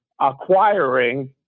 acquiring